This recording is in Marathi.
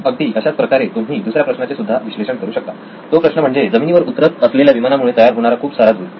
अगदी अशाच प्रकारे तुम्ही दुसऱ्या प्रश्नाचे सुद्धा विश्लेषण करू शकता तो प्रश्न म्हणजे जमिनीवर उतरत असलेल्या विमानामुळे तयार होणारा खूप सारा धूर